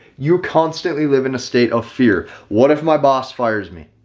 you're constantly live in a state of fear. what if my boss fires me?